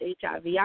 HIV